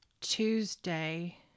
Tuesday